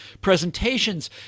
presentations